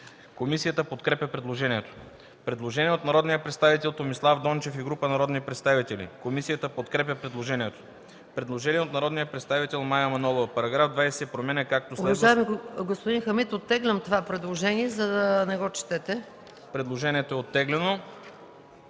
Комисията подкрепя предложението. Предложение от народния представител Томислав Дончев и група народни представители. Комисията подкрепя предложението. Предложение от народния представител Мая Манолова. ПРЕДСЕДАТЕЛ МАЯ МАНОЛОВА: Господин Хамид, оттеглям това предложение, за да не го четете. ДОКЛАДЧИК ХАМИД ХАМИД: Предложението е оттеглено.